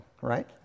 right